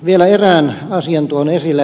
vielä erään asian tuon esille